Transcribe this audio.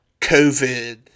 COVID